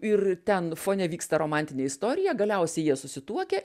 ir ten fone vyksta romantinė istorija galiausiai jie susituokia